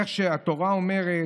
איך שהתורה אומרת,